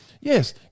yes